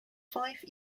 fife